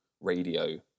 radio